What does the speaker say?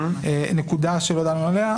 יש נקודה שלא דנו עליה,